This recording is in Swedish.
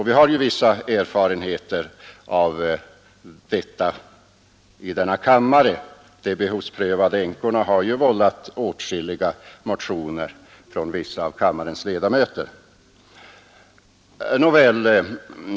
Vi har erfarenheter av den saken här i riksdagen — de behovsprövade änkepensionerna har ju givit upphov till åtskilliga motioner under årens lopp från vissa kammarledamöter.